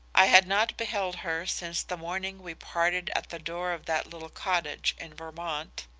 i had not beheld her since the morning we parted at the door of that little cottage in vermont,